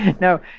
No